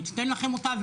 אני אתן לכם אותה.